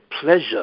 pleasure